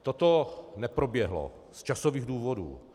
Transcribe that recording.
Toto neproběhlo z časových důvodů.